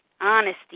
honesty